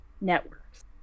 networks